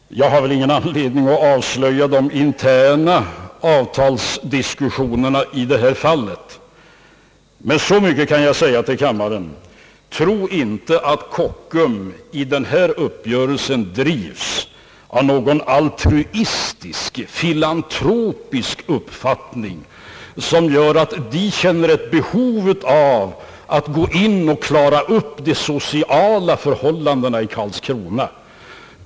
Jag har väl ingen anledning att avslöja de interna avtalsdiskussionerna i detta fall, men så mycket kan jag säga till kammaren: Tro inte att Kockum i denna uppgörelse drivs av någon altruistisk, filantropisk uppfattning, som gör att de känner ett behov av att gå in och klara upp de sociala förhållandena i Karlskrona!